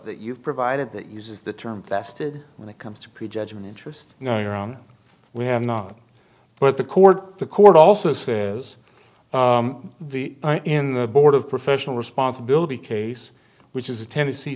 that you provided that uses the term vested when it comes to prejudgment interest you know your own we have not but the court the court also says the in the board of professional responsibility case which is the ten